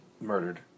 Murdered